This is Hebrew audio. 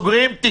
אני מודיע לך,